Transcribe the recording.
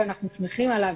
ואנחנו שמחים עליו,